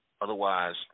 Otherwise